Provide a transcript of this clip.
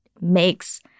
makes